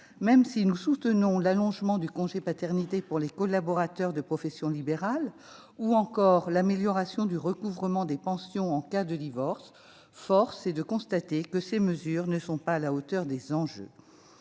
Même si nous soutenons l'allongement du congé paternité pour les collaborateurs de professions libérales ou encore l'amélioration du recouvrement des pensions en cas de divorce, force est de constater que ces mesures ne sont pas à la hauteur des enjeux.